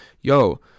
Yo